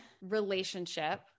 relationship